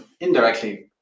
indirectly